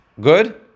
Good